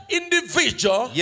individual